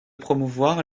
promouvoir